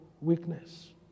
weakness